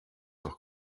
doch